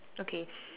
okay